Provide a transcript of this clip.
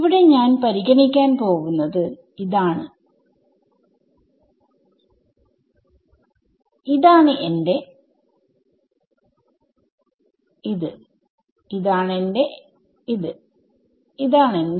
ഇവിടെ ഞാൻ പരിഗണിക്കാൻ പോവുന്നത് ഇതാണ് എന്റെ ഇതാണെന്റെ ഇതാണെന്റെ